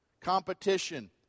Competition